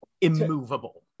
immovable